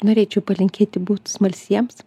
norėčiau palinkėti būt smalsiems